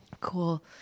Cool